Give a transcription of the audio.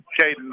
Caden